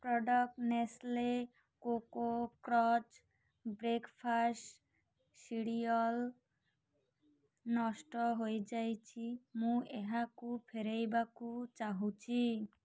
product Nestle Koko Krunch breakfast cereal ନଷ୍ଟ ହୋଇଯାଇଛି ମୁଁ ଏହାକୁ ଫେରାଇବାକୁ ଚାହୁଁଛି